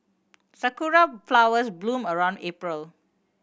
sakura flowers bloom around April